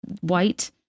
white